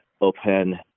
open